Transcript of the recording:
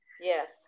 yes